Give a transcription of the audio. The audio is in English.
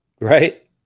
Right